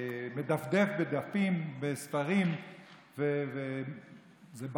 ומדפדף בדפים, בספרים, וזו בטלה,